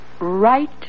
Right